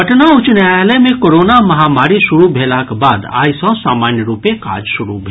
पटना उच्च न्यायालय मे कोरोना महामारी शुरू भेलाक बाद आइ सँ सामान्य रूपे काज शुरू भेल